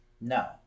No